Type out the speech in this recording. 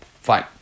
Fine